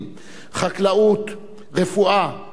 רפואה, טכנולוגיה, חינוך ועוד.